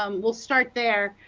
um will start there.